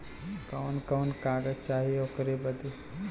कवन कवन कागज चाही ओकर बदे?